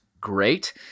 great